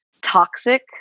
toxic